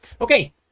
Okay